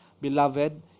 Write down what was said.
beloved